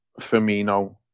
Firmino